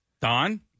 Don